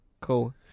Cool